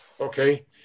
okay